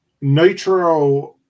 Nitro